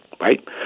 right